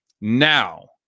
now